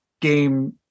game